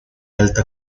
alta